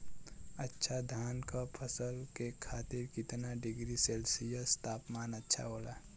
अच्छा धान क फसल के खातीर कितना डिग्री सेल्सीयस तापमान अच्छा होला?